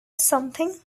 something